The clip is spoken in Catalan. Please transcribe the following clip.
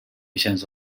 vicenç